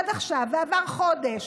ועבר חודש.